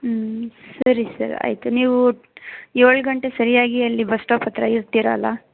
ಹ್ಞೂ ಸರಿ ಸರ್ ಆಯಿತು ನೀವು ಏಳು ಗಂಟೆಗೆ ಸರಿಯಾಗಿ ಅಲ್ಲಿ ಬಸ್ ಸ್ಟಾಪ್ ಹತ್ತಿರ ಇರ್ತೀರಲ್ಲ